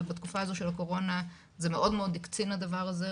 ובתקופה הזו של הקורונה מאוד הקצין הדבר הזה.